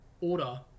order